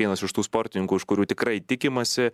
vienas iš tų sportininkų iš kurių tikrai tikimasi